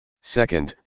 Second